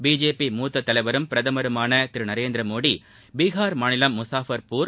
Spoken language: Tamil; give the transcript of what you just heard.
பிஜேபி மூத்த தலைவரும் பிரதமருமான திரு நரேந்திர மோடி பீஹார் மாநிலம் முசாஃபர்பூர்